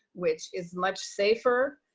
which is much safer.